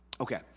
okay